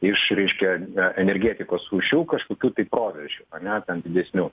išreiškia energetikos rūšių kažkokių tai proveržių ane ten didesnių